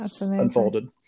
unfolded